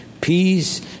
peace